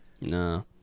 No